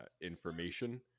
information